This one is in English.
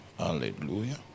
Hallelujah